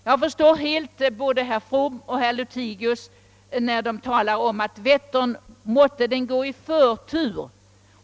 Jag förstår helt både herr From och herr Lothigius när de om Vättern säger: Måtte den komma i förtur!